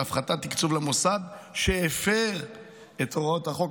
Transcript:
הפחתת תקצוב למוסד שהפר את הוראות החוק,